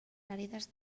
àrides